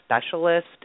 specialist